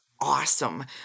awesome